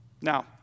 Now